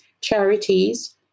charities